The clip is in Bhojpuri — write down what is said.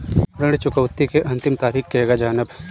ऋण चुकौती के अंतिम तारीख केगा जानब?